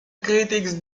critics